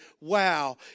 wow